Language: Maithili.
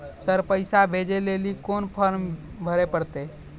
सर पैसा भेजै लेली कोन फॉर्म भरे परतै?